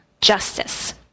justice